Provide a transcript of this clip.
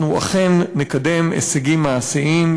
אנחנו אכן נקדם הישגים מעשיים,